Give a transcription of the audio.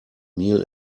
meal